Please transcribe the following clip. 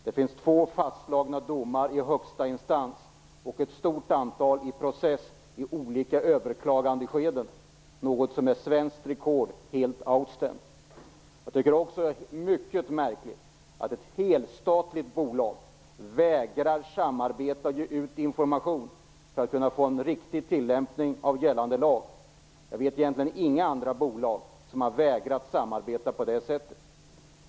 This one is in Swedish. Det finns två fastslagna domar i högsta instans och ett stort antal i process i olika överklagandeskeden. Detta är svenskt rekord - helt outstanding. Jag tycker också att det är mycket märkligt att ett helstatligt bolag vägrar samarbeta och ge ut information för att kunna få en riktig tillämpning av gällande lag. Jag känner egentligen inte till några andra bolag som har vägrat att samarbeta på det sättet.